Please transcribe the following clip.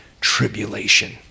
tribulation